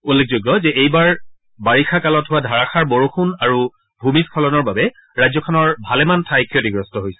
উল্লেখযোগ্য যে এইবাৰ বাৰিযা কালত হোৱা ধাৰাসাৰ বৰষুণ আৰু ভূমিশ্বলনৰ বাবে ৰাজ্যখনৰ ভালেমান ঠাই ক্ষতিগ্ৰস্ত হৈছে